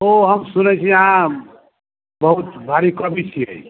यौ हम सुनैत छी अहाँ बहुत भारी कवि छियै